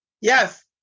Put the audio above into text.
Yes